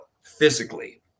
physically